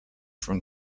from